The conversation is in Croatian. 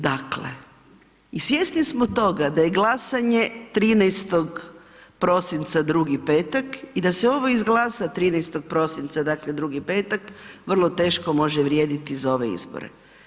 Dakle i svjesni smo toga da je glasanje 13.-og prosinca, drugi petak i da se ovo izglasa 13.-og prosinca, dakle drugi petak, vrlo teško može vrijediti za ove izbore.